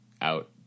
out